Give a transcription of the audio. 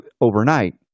overnight